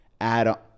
add